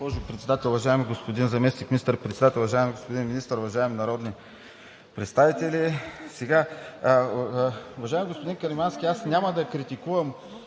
господин Каримански, аз няма да критикувам